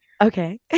Okay